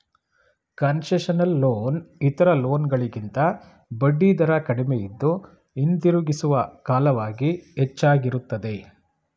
concessional loan ಇತರ loan ಗಳಿಗಿಂತ ಬಡ್ಡಿದರ ಕಡಿಮೆಯಿದ್ದು, ಹಿಂದಿರುಗಿಸುವ ಕಾಲವಾಗಿ ಹೆಚ್ಚಾಗಿರುತ್ತದೆ